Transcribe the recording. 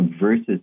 versus